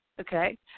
okay